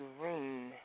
Green